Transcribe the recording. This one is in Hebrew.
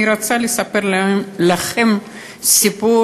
אני רוצה לספר לכם סיפור.